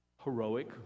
heroic